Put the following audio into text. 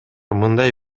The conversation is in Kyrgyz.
мындай